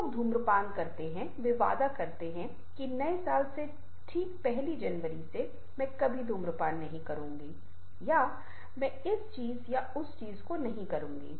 जो लोग धूम्रपान करते हैं वे वादा करते हैं कि नए साल से ठीक पहली जनवरी से मैं कभी धूम्रपान नहीं करूंगा या मैं इस चीज या उस चीज को नहीं करूंगा